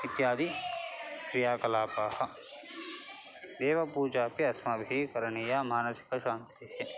इत्यादि क्रियाकलापाः देवपूजा अपि अस्माभिः करणीया मानसिकशान्तेः